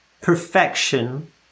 perfection